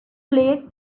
play